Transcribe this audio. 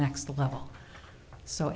next level so